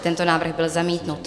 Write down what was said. Tento návrh byl zamítnut.